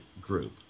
group